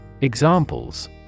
Examples